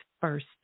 first